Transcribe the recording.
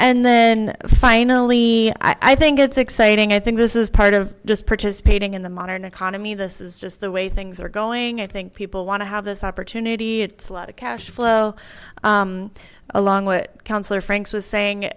and then finally i think it's exciting i think this is part of just participating in the modern economy this is just the way things are going i think people want to have this opportunity it's a lot of cash flow along with councilor frank's was saying